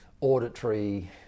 auditory